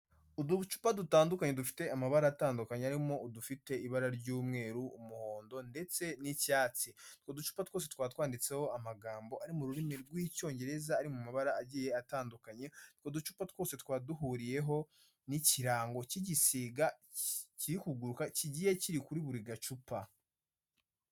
Uducupa dutandukanye dufite amabara atandukanye arimo udufite ibara ry'umweru, umuhondo, ndetse n'icyatsi. Utwo ducupa twose tukaba twanditseho amagambo ari mu rurimi rw'Icyongereza, ari mu mabara agiye atandukanye, utwo ducupa twose tukaba duhuriyeho n'ikirango cy'igisiga kiri kuguruka, kigiye kiri kuri buri gacupa.